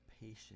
patient